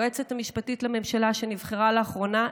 היועצת המשפטית לממשלה שנבחרה לאחרונה,